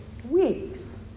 weeks